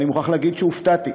אני מוכרח להגיד שהופתעתי.